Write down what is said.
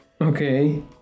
okay